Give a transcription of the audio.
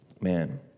man